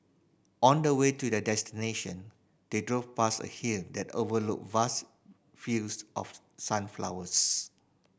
on the way to their destination they drove past a hill that overlooked vast fields of sunflowers